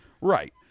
right